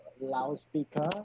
loudspeaker